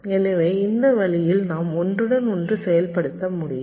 எனவே இந்த வழியில் நாம் ஒன்றுடன் ஒன்று செயல்படுத்த முடியும்